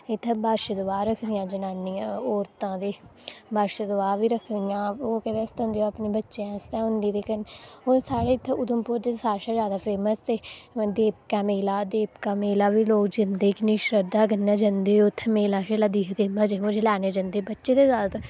इत्थै बच्छ दुआ रखदियां जनानियां औरतां ते बच्छ दुआ बी रखदियां ओह कैह्दे आस्तै होंदी अपनी बच्चें होंदी लेकिन हून साढ़े इत्थै उधमपुर च सारे शा जादा फेमस ते देवका मेला देवका मेला बी लोक जंदे कि'न्नी शरद्धा कन्नै जंदे उत्थै मेला शेला दिखदे मजे मुजे लैने'ई जंदे बच्चे ते जादातर